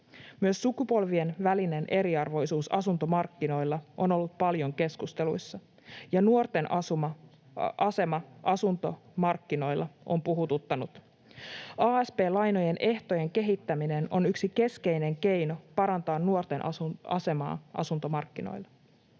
Myös sukupolvien välinen eriarvoisuus asuntomarkkinoilla on ollut paljon keskusteluissa, ja nuorten asema asuntomarkkinoilla on puhututtanut. Asp-lainojen ehtojen kehittäminen on yksi keskeinen keino parantaa nuorten asemaa asuntomarkkinoilla.